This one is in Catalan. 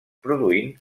produint